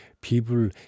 people